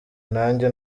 nanjye